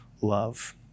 love